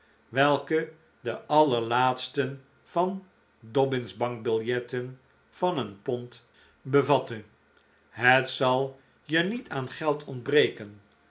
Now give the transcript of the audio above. welke de allerlaatsten van dobbin's bankbiljetten van een pond bevatte het zal je niet aan geld ontbreken